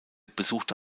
besuchte